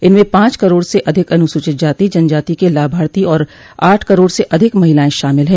इनमें पांच करोड़ से अधिक अनुसूचित जाति जनजाति के लाभार्थी और आठ करोड़ से अधिक महिलाएं शामिल है